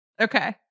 Okay